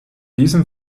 diesem